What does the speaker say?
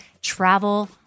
travel